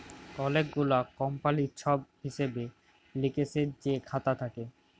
অলেক গুলা কমপালির ছব হিসেব লিকেসের যে খাতা থ্যাকে